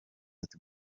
ati